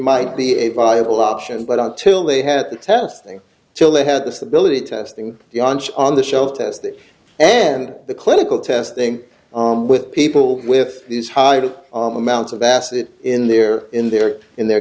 might be a viable option but until they had the testing till they had this ability testing the armchair on the shelf test it and the clinical testing with people with these higher amounts of acid in their in their in their